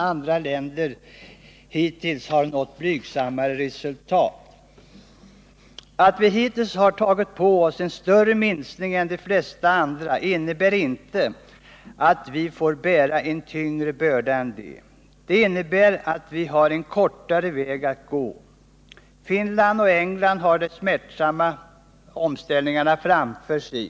Andra länder har hittills nått blygsammare resultat. Att vi hittills har tagit på oss en större minskning än de flesta andra innebär inte att vi får bära en tyngre börda än de. Det innebär att vi nu har kortare väg kvar att gå. Finland och England har de smärtsamma omställningarna framför sig.